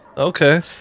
Okay